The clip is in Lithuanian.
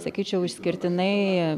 sakyčiau išskirtinai